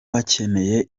bakeneye